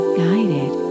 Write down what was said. guided